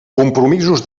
compromisos